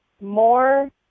more